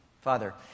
Father